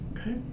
Okay